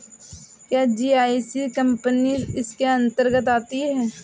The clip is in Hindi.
क्या जी.आई.सी कंपनी इसके अन्तर्गत आती है?